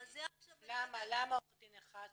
אבל זה עכשיו --- למה עורך דין אחד?